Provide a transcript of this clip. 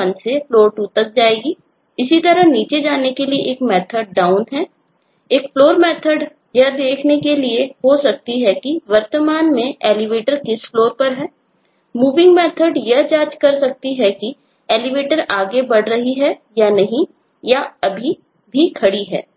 method यह जाँच कर सकती है कि Elevator आगे बढ़ रही है या नहीं या यह अभी भी खड़ी है